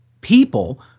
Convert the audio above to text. people